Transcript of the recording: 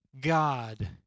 God